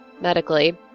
medically